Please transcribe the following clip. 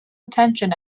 attention